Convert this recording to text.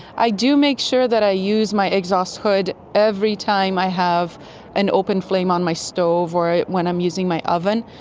i do make sure that i use my exhaust hood every time i have an open flame on my stove or when i'm using my oven.